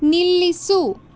ನಿಲ್ಲಿಸು